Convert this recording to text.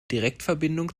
direktverbindung